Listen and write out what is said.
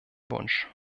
wunsch